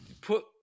put